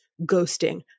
ghosting